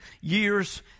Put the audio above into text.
years